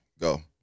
Go